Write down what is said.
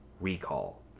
recall